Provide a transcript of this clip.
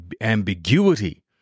ambiguity